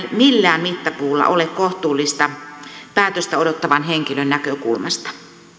millään mittapuulla ole päätöstä odottavan henkilön näkökulmasta kohtuullista